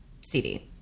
CD